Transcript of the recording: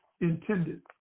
intended